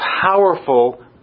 powerful